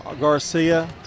Garcia